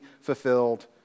fulfilled